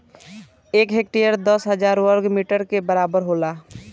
एक हेक्टेयर दस हजार वर्ग मीटर के बराबर होला